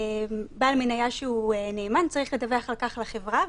בעל מניה שהוא נאמן צריך לדווח על כך לחברה,